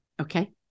Okay